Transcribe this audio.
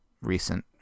recent